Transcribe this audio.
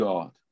God